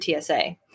TSA